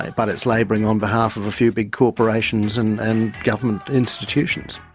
but it's labouring on behalf of a few big corporations and and government institutions.